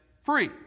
free